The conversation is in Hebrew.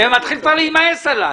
זה מתחיל כבר להימאס עלי.